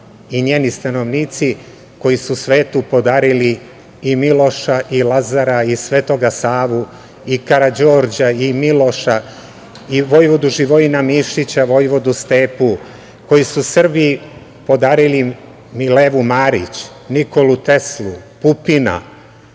i njeni stanovnici koji su svetu podarili i Miloša i Lazara i Svetog Savu i Karađorđa i Miloša i vojvodu Živojina Mišića, vojvodu Stepu, koji su Srbiji podarili Milevu Marić, Nikolu Teslu, Pupina,